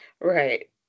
Right